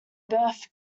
birth